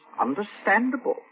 understandable